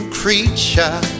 creature